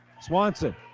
Swanson